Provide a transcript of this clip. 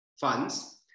funds